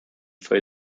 for